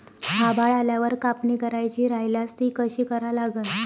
आभाळ आल्यावर कापनी करायची राह्यल्यास ती कशी करा लागन?